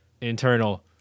internal